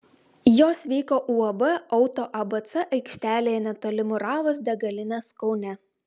jos vyko uab auto abc aikštelėje netoli muravos degalinės kaune